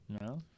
no